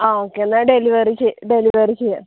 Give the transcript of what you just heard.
ആ ഓക്കെ എന്നാൽ ഡെലിവറി ചെയ്യാം ഡെലിവറി ചെയ്യാം